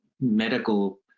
medical